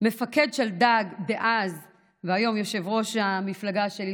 מפקד שלדג דאז והיום יושב-ראש המפלגה שלי,